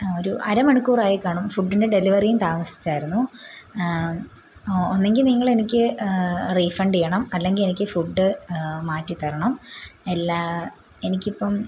ഒരു അര മണിക്കൂറായിക്കാണും ഫുഡിൻ്റെ ഡെലിവറിയും താമസിച്ചായിരുന്നു ഓ ഒന്നുങ്കിൽ നിങ്ങളെനിക്ക് റീഫണ്ട് ചെയ്യണം അല്ലെങ്കിൽ എനിക്ക് ഫുഡ് മാറ്റിത്തരണം എല്ലാ എനിക്കിപ്പം